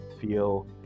feel